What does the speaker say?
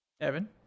Evan